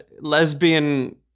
lesbian